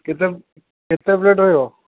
କେତେ କେତେ ପ୍ଲେଟ୍ ରହିବ